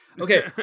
Okay